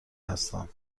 هستم